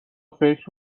فکر